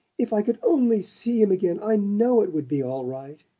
if i could only see him again i know it would be all right!